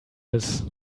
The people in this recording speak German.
ist